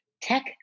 tech